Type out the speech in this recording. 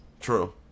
True